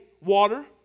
water